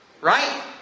Right